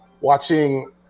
watching